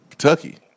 Kentucky